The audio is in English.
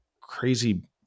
crazy